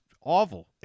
awful